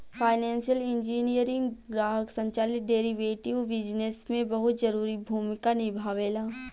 financial engineering ग्राहक संचालित derivative business में बहुत जरूरी भूमिका निभावेला